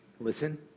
Listen